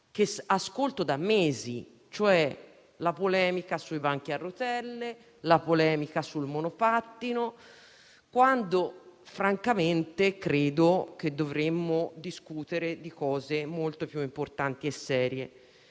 ascolto da mesi, cioè la polemica sui banchi a rotelle e sul monopattino, quando francamente credo che dovremmo discutere di cose molto più importanti e serie.